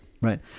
Right